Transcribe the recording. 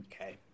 okay